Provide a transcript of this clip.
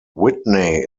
whitney